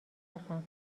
موافقم